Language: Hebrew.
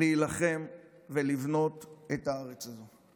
להילחם ולבנות את הארץ הזו.